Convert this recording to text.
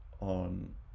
On